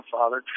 Father